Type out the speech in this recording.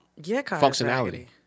functionality